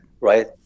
right